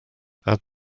add